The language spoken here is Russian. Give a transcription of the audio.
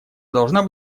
должна